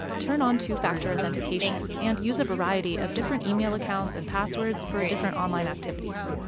turn on two-factor authentication and use a variety of different email accounts and passwords for different online activities.